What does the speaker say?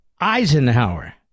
Eisenhower